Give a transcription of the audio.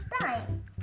time